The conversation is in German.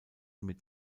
mit